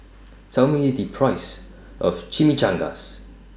Tell Me The Price of Chimichangas